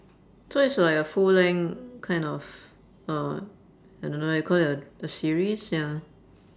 so it's like a full length kind of uh I don't know what you call that a series ya